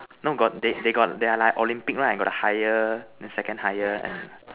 no got they they got their like Olympic right got the higher then second higher and